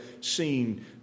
seen